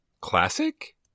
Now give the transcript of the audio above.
classic